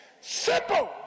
simple